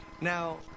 Now